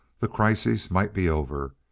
the crisis might be over,